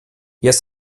erst